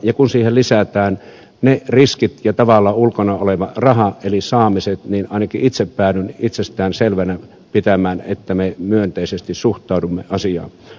ja kun siihen lisätään ne riskit ja tavallaan ulkona oleva raha eli saamiset niin ainakin itse päädyn itsestään selvänä pitämään että me myönteisesti suhtaudumme asiaan